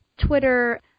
Twitter